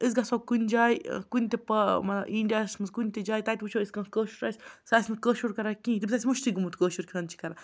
أسۍ گژھو کُنہِ جایہِ کُنہِ تہِ پا اِنٛڈِیاہس منٛز کُنہِ تہِ جایہِ تَتہِ وٕچھو أسۍ کانٛہہ کٲشُر آسہِ سُہ آسہِ نہٕ کٲشُر کَران کِہیٖنۍ تٔمِس آسہِ مٔشتٕے گوٚمُت کٲشُر کِتھ کٔنۍ چھِ کَران